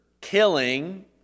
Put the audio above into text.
killing